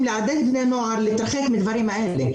לעודד בני נוער להתרחק מהדברים האלה.